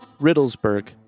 Riddlesburg